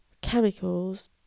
chemicals